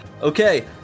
Okay